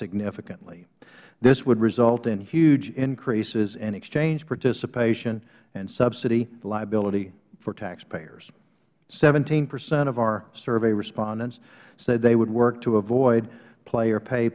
significantly this would result in huge increases in exchange participation and subsidy liability for taxpayers seventeen percent of our survey respondents said they would work to avoid play or pay